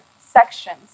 sections